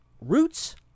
Roots